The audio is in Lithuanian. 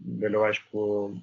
vėliau aišku